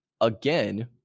again